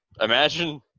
imagine